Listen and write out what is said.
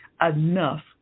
enough